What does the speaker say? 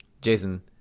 Jason